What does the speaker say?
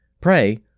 Pray